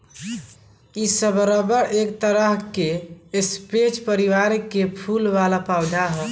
इ सब रबर एक तरह के स्परेज परिवार में के फूल वाला पौधा ह